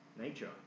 nature